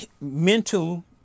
mental